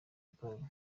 akanya